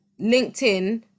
LinkedIn